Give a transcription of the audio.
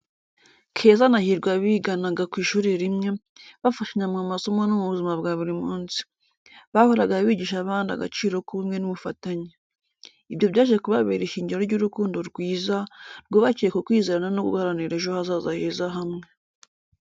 Keza na Hirwa biganaga ku ishuri rimwe, bafashanyaga mu masomo no mu buzima bwa buri munsi. Bahoraga bigisha abandi agaciro k'ubumwe n'ubufatanye. Ibyo byaje kubabera ishingiro ry’urukundo rwiza, rwubakiye ku kwizerana no guharanira ejo hazaza heza hamwe.